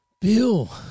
Bill